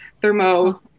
thermo